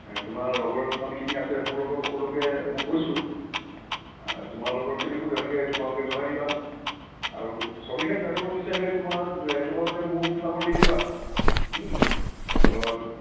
তোমাৰ লগৰ যিমানখিনি আছে মোৰ লগৰ সকলোকে মোক কৈছোঁ তোমাৰ লগৰখিনিকো তেনেকে তোমালোকে জনাই দিবা আৰু সবিশেষ জানিব বিচাৰিলে তোমাৰ তোমালোকে মোৰ ফোন নাম্বাৰটো দি দিবা ও